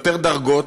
יותר דרגות,